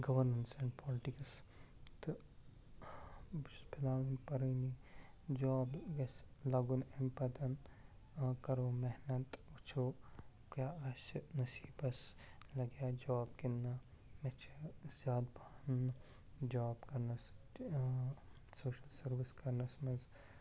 governance and politics تہٕ بہٕ چھُس فِلحال ؤنۍ پرانی جاب گژھِ لَگُن أمۍ پَتَن کَرَو محنت وُچھَو کیٛاہ آسہِ نٔسیٖبَس لَگیا جاب کِنہٕ نہ مےٚ چھےٚ زیادٕ پہَن جاب کرنَس سوشَل سٔروِس کرنَس منٛز